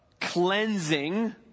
cleansing